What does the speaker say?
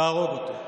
תהרוג אותו.